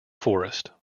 forest